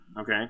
okay